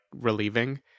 relieving